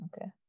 Okay